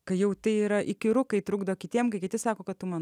kai jauti yra įkyru kai trukdo kitiems kai kiti sako kad tu man